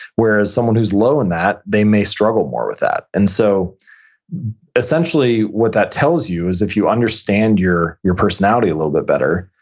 whereas someone who is low in that, they may struggle more with that and so essentially what that tells you is if you understand your your personality a little bit better,